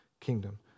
kingdom